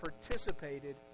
participated